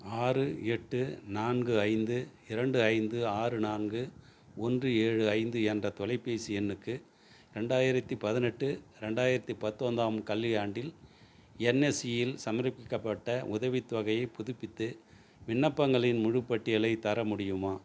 ஆறு எட்டு நான்கு ஐந்து இரண்டு ஐந்து ஆறு நான்கு ஒன்று ஏழு ஐந்து என்ற தொலைபேசி எண்ணுக்கு ரெண்டாயிரத்தி பதினெட்டு ரெண்டாயிரத்தி பத்துவந்தாம் கல்வியாண்டில் என்எஸ்இயில் சமர்ப்பிக்கப்பட்ட உதவித்தொகையைப் புதுப்பித்து விண்ணப்பங்களின் முழுப்பட்டியலை தர முடியுமா